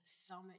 Summit